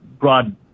broad